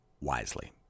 wisely